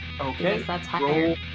Okay